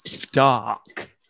dark